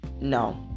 No